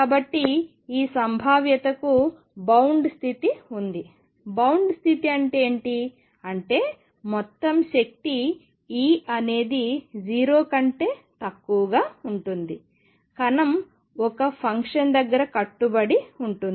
కాబట్టి ఈ సంభావ్యతకు బౌండ్ స్థితి ఉంది బౌండ్ స్థితి అంటే ఏమిటి అంటే మొత్తం శక్తి E అనేది0 కంటే తక్కువగా ఉంటుంది కణం ఒక ఫంక్షన్ దగ్గర కట్టుబడిబౌండ్ ఉంటుంది